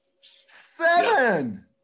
Seven